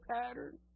pattern